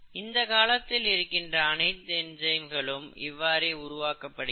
இந்த காலத்தில் இருக்கின்ற அனைத்து என்சைம்களும் இவ்வாறே உருவாக்கபப்டுகிறது